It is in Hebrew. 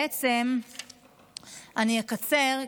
בעצם אני אקצר,